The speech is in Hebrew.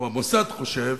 או המוסד חושב,